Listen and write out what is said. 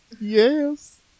yes